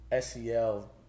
SEL